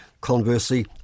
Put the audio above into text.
Conversely